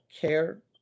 care